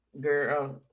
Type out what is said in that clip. Girl